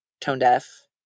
tone-deaf